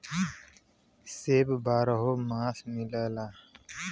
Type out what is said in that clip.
सेब बारहो मास मिलला